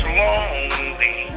lonely